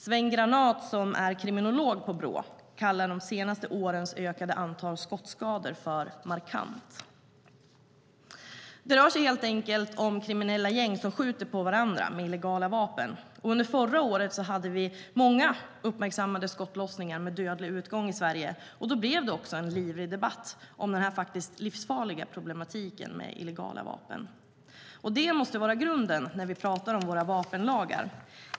Sven Granath, som är kriminolog på Brå, kallar de senaste årens ökade antal skottskador för markant. Det rör sig helt enkelt om kriminella gäng som skjuter på varandra med illegala vapen. Under förra året hade vi många uppmärksammade skottlossningar med dödlig utgång i Sverige. Då blev det också en livlig debatt om den faktiskt livsfarliga problematiken med illegala vapen. Det måste vara grunden när vi pratar om våra vapenlagar.